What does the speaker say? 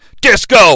Disco